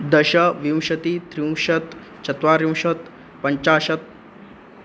दश विंशतिः त्रिंशत् चत्वारिंशत् पञ्चाशत्